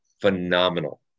phenomenal